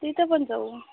तिथं पण जाऊ